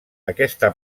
aquesta